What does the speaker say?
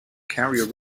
carrier